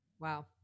Wow